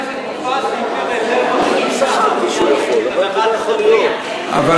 בפני המבקר חשף חבר הכנסת מופז סעיפי רזרבה של 13 מיליארד,